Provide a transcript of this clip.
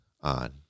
on